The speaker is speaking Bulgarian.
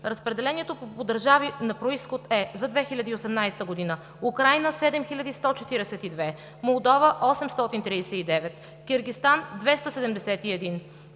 Разпределението по държави на произход за 2018 г. е: Украйна – 7142, Молдова – 839, Киргизстан – 271,